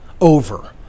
over